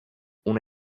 una